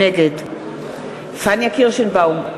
נגד פניה קירשנבאום,